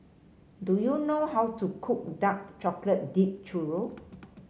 do you know how to cook Dark Chocolate Dipped Churro